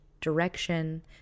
direction